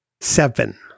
Seven